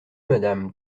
madame